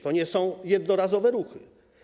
To nie są jednorazowe ruchy.